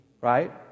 right